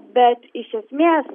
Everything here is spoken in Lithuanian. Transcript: bet iš esmės